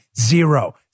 Zero